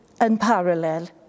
unparalleled